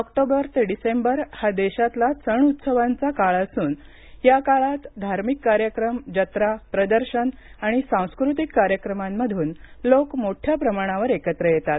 October ते December हा देशातला सण उत्सवांचा काळ असून या काळात धार्मिक कार्यक्रम जत्रा प्रदर्शन आणि सांस्कृतिक कार्यक्रमांमधून लोक मोठ्या प्रमाणावर एकत्र येतात